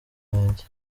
yanjye